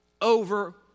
over